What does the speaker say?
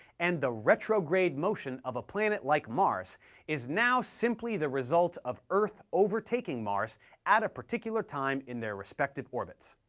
and the retrograde motion of a planet like mars is now simply the result of earth overtaking mars at a particular time in their respective orbits.